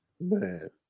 Man